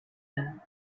anne